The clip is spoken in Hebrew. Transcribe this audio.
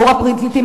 בעבור הפליטים.